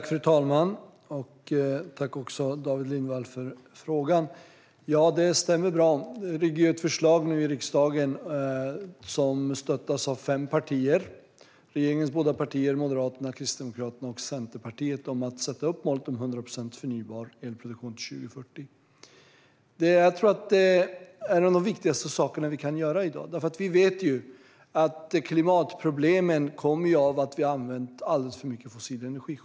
Fru talman! Jag tackar David Lindvall för frågan. Det stämmer bra. Det ligger nu i riksdagen ett förslag som stöttas av fem partier - regeringens båda partier, Moderaterna, Kristdemokraterna och Centerpartiet - och som handlar om att sätta upp målet om 100 procent förnybar elproduktion till 2040. Jag tror att det är en av de viktigaste saker vi kan göra i dag. Vi vet ju att klimatproblemen kommer av att vi använt alldeles för mycket fossil energi.